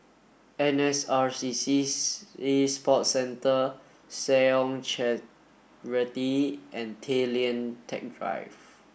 N S R C C Sea Sports Centre Seh Ong Charity and Tay Lian Teck Drive